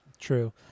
True